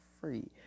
free